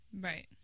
Right